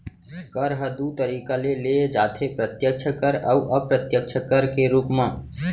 कर ह दू तरीका ले लेय जाथे प्रत्यक्छ कर अउ अप्रत्यक्छ कर के रूप म